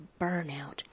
burnout